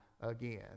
again